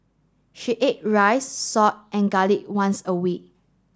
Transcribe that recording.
she ate rice salt and garlic once a week